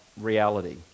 reality